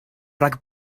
rhag